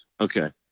Okay